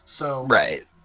Right